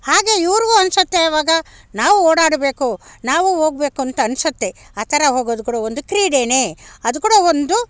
ಹಾಗೆ ಇವ್ರಿಗೂ ಅನ್ಸುತ್ತೆ ಅವಾಗ ನಾವು ಓಡಾಡಬೇಕು ನಾವು ಹೋಗಬೇಕು ಅಂತ ಅನ್ಸುತ್ತೆ ಆ ಥರ ಹೋಗೋದು ಕೂಡ ಒಂದು ಕ್ರೀಡೆಯೇ ಅದು ಕೂಡ ಒಂದು